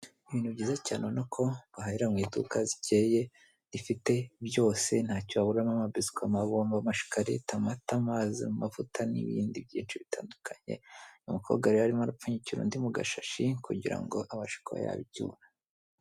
Ibintu byiza cyane ubona ko bahahira mu iduka rikeye, rifite byose ntacyo waburamo, amabiswi, amabombo, amashikarete, amata, amazi, amavuta, n'ibindi byinshi bitandukanye, umukobwa rero arimo apfunyikira undi mu gashashi kugira ngo abashe kuba yabicyura.